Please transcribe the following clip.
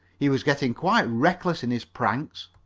he was getting quite reckless in his pranks.